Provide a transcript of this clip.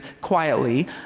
quietly